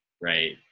right